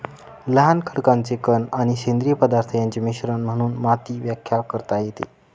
लहान खडकाचे कण आणि सेंद्रिय पदार्थ यांचे मिश्रण म्हणून मातीची व्याख्या करता येते